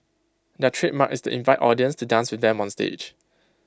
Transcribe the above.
their trademark is to invite audience to dance with them onstage